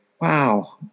Wow